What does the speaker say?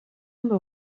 ondo